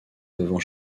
devant